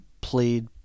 played